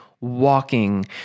walking